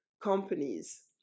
companies